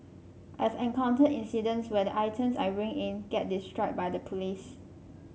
I've encountered incidents where the items I bring in get destroyed by the police